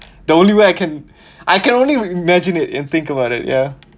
the only way I can I can only imagine it and think about it ya